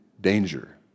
danger